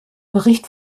bericht